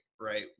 right